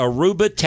Aruba